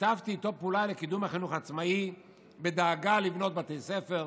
שיתפתי איתו פעולה לקידום החינוך העצמאי בדאגה לבנות בתי ספר,